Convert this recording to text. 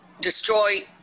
destroy